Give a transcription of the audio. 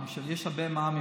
יש הרבה מע"מ,